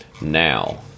Now